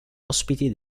ospiti